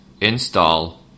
install